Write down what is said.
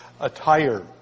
attire